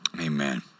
Amen